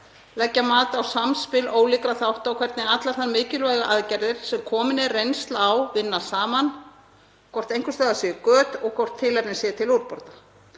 leggja mat á samspil ólíkra þátta og hvernig allar þær mikilvægu aðgerðir sem komin er reynsla á vinna saman, hvort einhvers staðar séu göt og hvort tilefni sé til úrbóta.